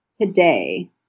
today